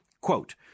Quote